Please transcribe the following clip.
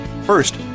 First